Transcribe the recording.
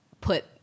put